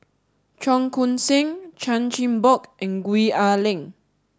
Cheong Koon Seng Chan Chin Bock and Gwee Ah Leng